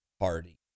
party